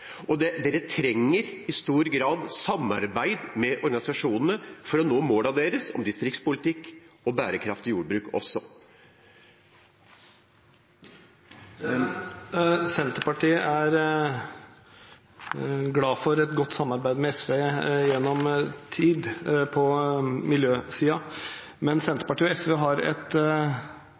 Og Senterpartiet trenger i stor grad samarbeid med organisasjonene for å nå målene sine om distriktspolitikk og bærekraftig jordbruk også. Senterpartiet er glad for et godt samarbeid med SV gjennom tid på miljøsiden, men Senterpartiet og SV har et